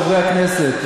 חברי הכנסת,